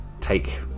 take